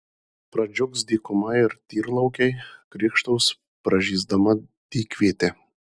pradžiugs dykuma ir tyrlaukiai krykštaus pražysdama dykvietė